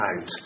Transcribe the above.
out